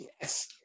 Yes